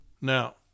Now